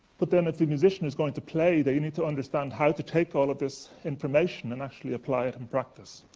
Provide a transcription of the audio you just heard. but then if the musician is going to play, you need to understand how to take all of this information and actually apply it in practice.